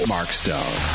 Markstone